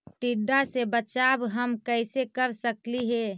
टीडा से बचाव हम कैसे कर सकली हे?